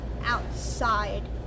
outside